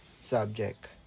subject